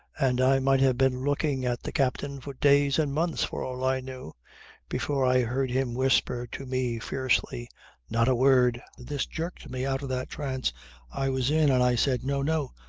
and i might have been looking at the captain for days and months for all i knew before i heard him whisper to me fiercely not a word! this jerked me out of that trance i was in and i said no! no!